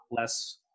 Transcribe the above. less